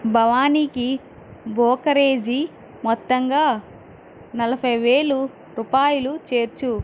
భవానీకి brokerage మొత్తంగా నలభై వేలు రూపాయలు చేర్చు